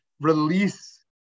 release